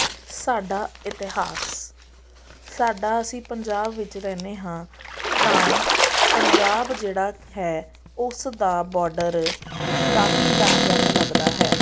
ਸਾਡਾ ਇਤਿਹਾਸ ਸਾਡਾ ਅਸੀਂ ਪੰਜਾਬ ਵਿੱਚ ਰਹਿੰਦੇ ਹਾਂ ਤਾਂ ਪੰਜਾਬ ਜਿਹੜਾ ਹੈ ਉਸ ਦਾ ਬੋਡਰ ਕਾਫ਼ੀ ਇਲਾਕਿਆਂ ਨੂੰ ਲੱਗਦਾ ਹੈ